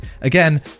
again